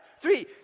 three